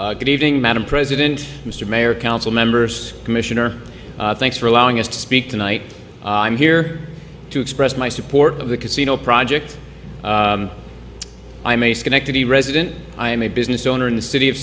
z good evening madam president mr mayor council members commissioner thanks for allowing us to speak tonight i'm here to express my support of the casino project i'm a schenectady resident i am a business owner in the city of